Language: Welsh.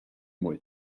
mwy